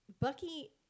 Bucky